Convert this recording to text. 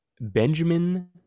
Benjamin